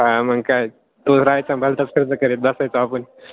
हा मग काय तो राह्यचां मला तसं करच करत बसायचो आपण